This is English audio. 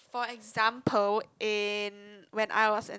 for example in when I was in